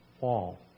wall